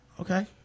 Okay